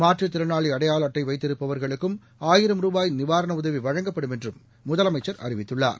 மாற்றுத்திறனாளி அடையாள அட்டை வைத்திருப்பவர்களுக்கும் ஆயிரம் ரூபாய் நிவாரண உதவி வழங்கப்படும் என்றும் முதலமைச்சா அறிவித்துள்ளார்